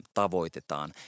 tavoitetaan